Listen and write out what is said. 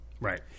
Right